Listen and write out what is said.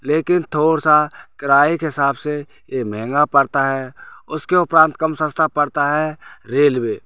लेकिन थोड़ा सा किराये के हिसाब से ये महंगा पड़ता है उसके उपरांत कम सस्ता पड़ता है रेलवे